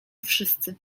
wszyscy